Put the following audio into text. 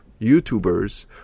YouTubers